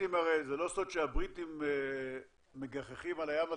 זה לא סוד שהבריטים מגחכים על הים התיכון,